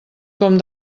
com